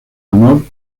honor